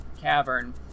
cavern